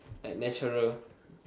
like natural